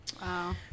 Wow